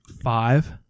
five